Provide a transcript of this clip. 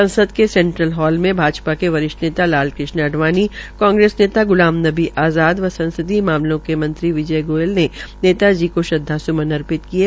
संसद के central hall में भाजपा के वरिष्ठ नेता लाल कृष्ण अडवाणी कांग्रेस नेता ग्लाम नवी आज़ाद व संसदीय मामलों मंत्री के विजय गोयल ने नेता जी को श्रदवासुमन अर्पित किये